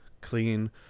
clean